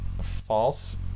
false